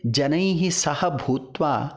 जनैः सह भूत्वा